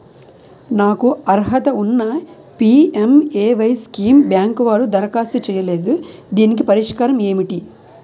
నాకు అర్హత ఉన్నా పి.ఎం.ఎ.వై స్కీమ్ బ్యాంకు వారు దరఖాస్తు చేయలేదు దీనికి పరిష్కారం ఏమిటి?